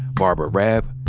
barbara raab,